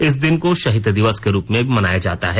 इस दिन को शहीद दिवस के रूप में भी मनाया जाता है